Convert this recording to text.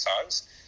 songs